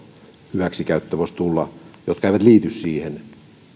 hyväksikäyttö voisi tulla jotka eivät liity siihen